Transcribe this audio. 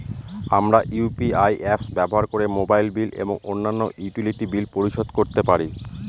আমরা UPI apps ব্যবহার করে মোবাইল বিল এবং অন্যান্য ইউটিলিটি বিল পরিশোধ করতে পারি